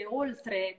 oltre